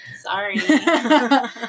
Sorry